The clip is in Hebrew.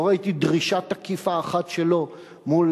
לא ראיתי דרישה תקיפה אחת שלו מול